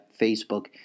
Facebook